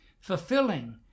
fulfilling